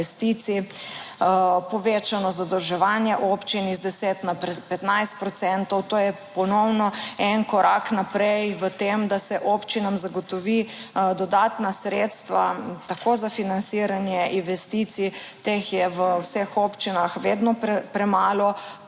Povečano zadolževanje občin iz 10 na 15 procentov, to je ponovno en korak naprej v tem, da se občinam zagotovi dodatna sredstva tako za financiranje investicij, teh je v vseh občinah vedno premalo,